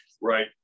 Right